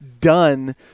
done